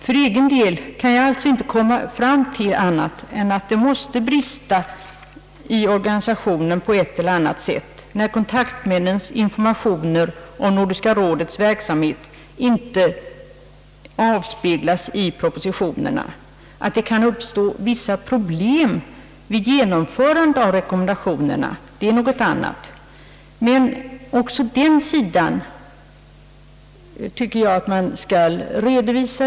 För egen del kan jag alltså inte komma ifrån att det måste brista i organisationen på ett eller annat sätt när kontaktmännens informationer om Nordiska rådets verksamhet inte avspeglas i propositionerna. Att det kan uppstå vissa problem vid genomförandet av rekommendationerna är något annat, men även den sidan av saken tycker jag att man skall redovisa.